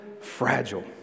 fragile